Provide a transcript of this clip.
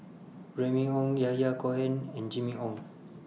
Remy Ong Yahya Cohen and Jimmy Ong